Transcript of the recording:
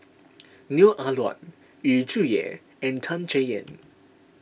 Neo Ah Luan Yu Zhuye and Tan Chay Yan